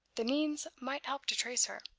the means might help to trace her.